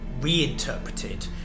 reinterpreted